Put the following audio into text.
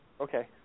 Okay